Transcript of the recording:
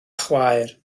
chwaer